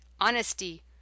honesty